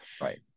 Right